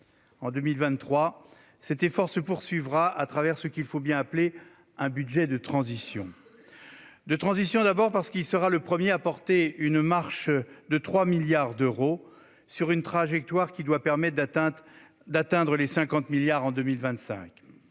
En 2023, cet effort se poursuivra au travers de ce qu'il faut bien appeler un budget de transition. De transition, d'abord, parce qu'il sera le premier à porter une marche de 3 milliards d'euros, sur une trajectoire qui doit permettre d'atteindre les 50 milliards d'euros